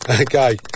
Okay